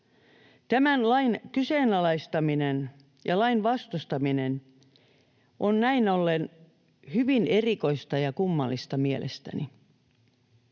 Tämän lain kyseenalaistaminen ja lain vastustaminen on näin ollen hyvin erikoista ja kummallista mielestäni.